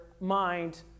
mind